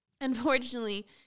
Unfortunately